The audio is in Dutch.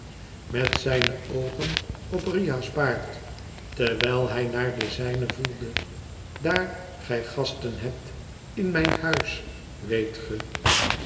met zijne oogen op iüa s baard terwijl hij naar den zijnen voelde daar gij gasten hebt in mijn huis weet ge